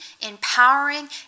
empowering